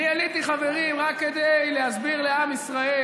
אני עליתי, חברים, רק כדי להסביר לעם ישראל